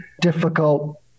difficult